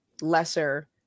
lesser